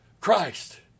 Christ